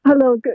Hello